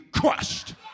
crushed